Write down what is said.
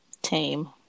tame